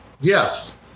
Yes